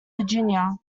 virginia